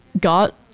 got